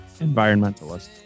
Environmentalist